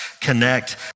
connect